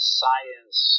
science